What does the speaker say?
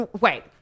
wait